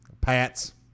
Pats